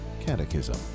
catechism